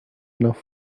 enough